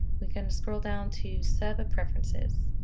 we can scroll down to server preferences.